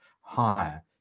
higher